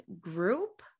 group